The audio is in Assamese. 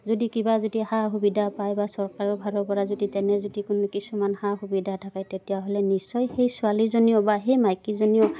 যদি কিবা যদি সা সুবিধা পায় বা চৰকাৰৰ ফালৰ পৰা যদি তেনে যদি কোনো কিছুমান সা সুবিধা থাকে তেতিয়াহ'লে নিশ্চয় সেই ছোৱালীজনীয়ে বা সেই মাইকীজনীয়ে